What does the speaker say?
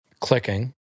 clicking